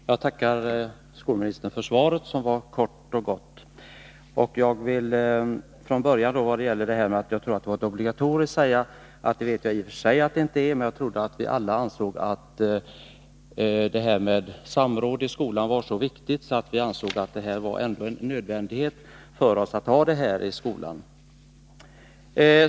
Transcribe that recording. Herr talman! Jag tackar skolministern för svaret, som var kort och gott. Vad gäller att inrättandet av skolkonferenser skulle vara obligatoriskt vill jag från början säga att jag vet att det inte är det, men jag trodde att vi alla ansåg att samråd i skolan är så viktigt att vi ansåg det vara en nödvändighet för oss att ha skolkonferenser.